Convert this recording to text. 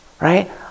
right